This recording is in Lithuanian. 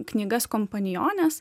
knygas kompaniones